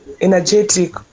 energetic